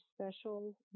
special